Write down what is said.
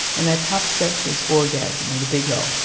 and that tops step is orgasm, with a big o.